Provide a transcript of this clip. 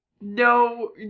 no